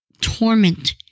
torment